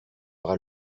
bras